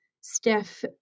Steph